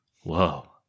Whoa